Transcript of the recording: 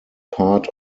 part